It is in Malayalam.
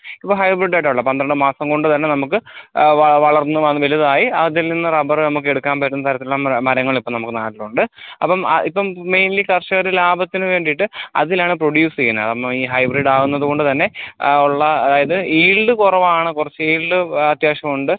ഇപ്പോൾ ഹൈബ്രിഡായിട്ടാണ് ഉള്ളത് പന്ത്രണ്ട് മാസം കൊണ്ടുതന്നെ നമുക്ക് വളർന്നുവന്ന് വലുതായി അതിൽ നിന്നും റബ്ബറ് നമുക്കെടുക്കാൻ പറ്റുന്ന തരത്തിലുള്ള മരങ്ങൾ ഇപ്പം നമുക്ക് നാട്ടിലുണ്ട് അപ്പം ഇപ്പം മെയിൻലി കർഷകര് ലാഭത്തിന് വേണ്ടിയിട്ട് അതിലാണ് പ്രൊഡ്യൂസ് ചെയ്യുന്നത് അതാകുമ്പം ഈ ഹൈബ്രിഡ് ആവുന്നതുകൊണ്ട് തന്നെ ഉള്ള അതായത് ഈൽഡ് കുറവാണ് കുറച്ച് ഈൽഡ് അത്യാവശ്യം ഉണ്ട്